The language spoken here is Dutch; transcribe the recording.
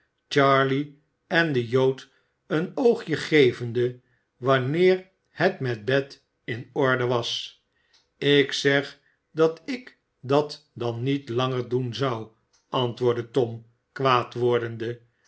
charley en den jood een oogje gevende wanneer het met bet in orde was ik zeg dat ik dat dan niet langer doen zou antwoordde tom kwaad wordende